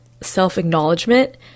self-acknowledgement